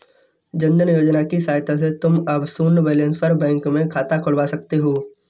जन धन योजना की सहायता से तुम अब शून्य बैलेंस पर बैंक में खाता खुलवा सकते हो